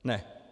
Ne.